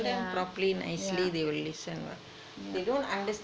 yeah yeah yup